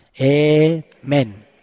Amen